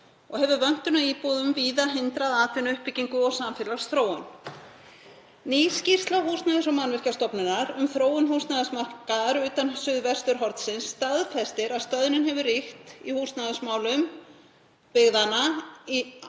og hefur vöntun á íbúðum víða hindrað atvinnuuppbyggingu og samfélagsþróun. Ný skýrsla Húsnæðis- og mannvirkjastofnunar um þróun húsnæðismarkaðar utan suðvesturhornsins staðfestir að stöðnun hefur ríkt í húsnæðismálum byggðanna á